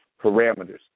parameters